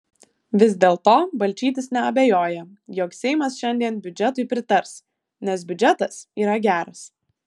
vis dėlto balčytis neabejoja jog seimas šiandien biudžetui pritars nes biudžetas yra geras